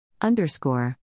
Underscore